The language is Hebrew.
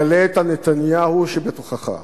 גלה את הנתניהו שבתוכך.